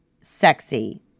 sexy